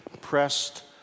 pressed